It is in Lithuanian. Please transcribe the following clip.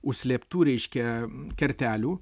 užslėptų reiškia kertelių